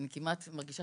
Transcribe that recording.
אני מרגישה